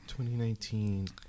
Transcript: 2019